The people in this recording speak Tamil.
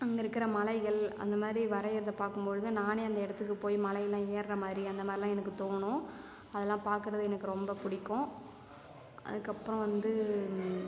அங்கே இருக்கிற மலைகள் அந்த மாதிரி வரையிறத பார்க்கும் பொழுது நானே அந்த இடத்துக்கு போய் மலைலா ஏறுற மாதிரி அந்த மாதிரிலா எனக்கு தோணும் அதெல்லாம் பார்க்குறது எனக்கு ரொம்ப பிடிக்கும் அதுக்கு அப்புறம் வந்து